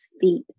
feet